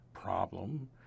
problem